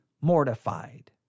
mortified